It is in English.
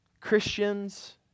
Christians